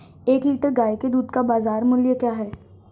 एक लीटर गाय के दूध का बाज़ार मूल्य क्या है?